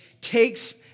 takes